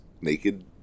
naked